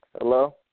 Hello